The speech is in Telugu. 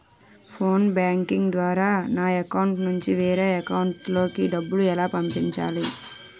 ఫోన్ బ్యాంకింగ్ ద్వారా నా అకౌంట్ నుంచి వేరే అకౌంట్ లోకి డబ్బులు ఎలా పంపించాలి?